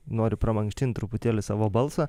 noriu pramankštint truputėlį savo balsą